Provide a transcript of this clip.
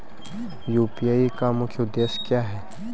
UPI का मुख्य उद्देश्य क्या है?